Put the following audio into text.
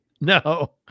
No